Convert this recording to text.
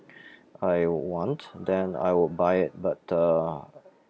I want then I would buy it but uh